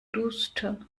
duster